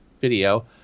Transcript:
video